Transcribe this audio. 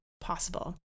possible